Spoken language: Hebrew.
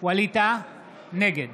נגד